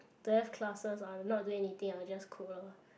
don't have classes or I'm not doing anything I will just cook loh